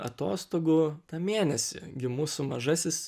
atostogų tą mėnesį gi mūsų mažasis